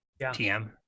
TM